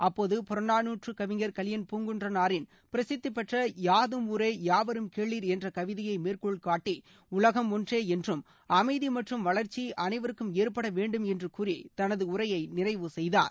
அப்போது புறநானுற்றுக் கவிஞர் கலியன் பூங்குன்றனாரின் பிரசித்தி பெற்ற யாதும் ஊரே யாவரும் கேளீர் என்ற கவிதையை மேற்கோள் காட்டி உலகம் ஒன்றே என்றும் அமைதி மற்றும் வளர்ச்சி அனைவருக்கும் ஏற்பட வேண்டும் என்று கூறி தனது உரையை நிறைவு செய்தார்